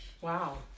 Wow